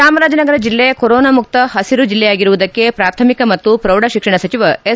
ಚಾಮರಾಜನಗರ ಜಿಲ್ಲೆ ಕೊರೊನಾ ಮುಕ್ತ ಹಬರು ಜಿಲ್ಲೆಯಾಗಿರುವುದಕ್ಕೆ ಪ್ರಾಥಮಿಕ ಮತ್ತು ಪ್ರೌಢ ಶಿಕ್ಷಣ ಸಚಿವ ಎಸ್